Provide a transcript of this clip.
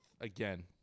again